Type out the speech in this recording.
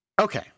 Okay